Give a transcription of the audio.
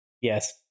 Yes